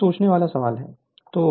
यह सोचने वाला सवाल है